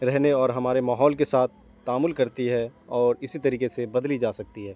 رہنے اور ہمارے ماحول کے ساتھ تعامل کرتی ہے اور اسی طریقے سے بدلی جا سکتی ہے